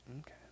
Okay